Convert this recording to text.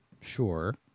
sure